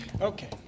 Okay